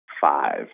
five